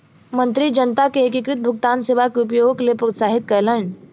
मंत्री जनता के एकीकृत भुगतान सेवा के उपयोगक लेल प्रोत्साहित कयलैन